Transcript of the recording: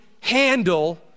handle